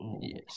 Yes